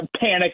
panic